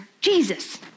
Jesus